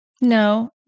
No